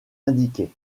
indiqués